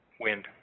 wind